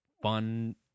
Fun